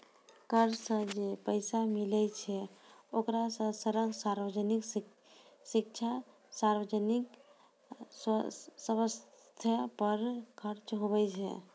कर सं जे पैसा मिलै छै ओकरा सं सड़क, सार्वजनिक शिक्षा, सार्वजनिक सवस्थ पर खर्च हुवै छै